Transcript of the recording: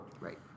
right